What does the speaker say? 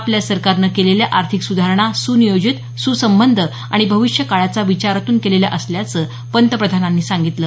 आपल्या सरकारनं केलेल्या आर्थिक सुधारणा सुनियोजित सुसंबद्ध आणि भविष्यकाळाचा विचारातून केलेल्या असल्याचं पंतप्रधानांनी सांगितलं